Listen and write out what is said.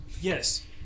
Yes